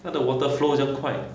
它的 water flow 这样快